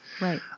Right